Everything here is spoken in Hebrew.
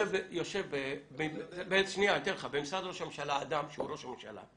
יושב במשרד ראש הממשלה אדם שהוא ראש הממשלה.